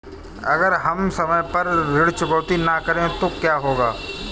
अगर हम समय पर ऋण चुकौती न करें तो क्या होगा?